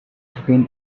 been